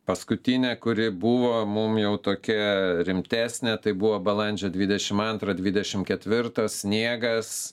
paskutinė kuri buvo mum jau tokia rimtesnė tai buvo balandžio dvidešimt antrą dvidešimt ketvirtą sniegas